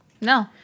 No